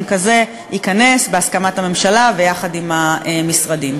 כזה ייכנס בהסכמת הממשלה ויחד עם המשרדים.